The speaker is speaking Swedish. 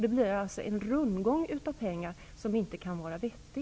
Det blir en rundgång av pengar, som inte kan vara vettig.